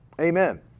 Amen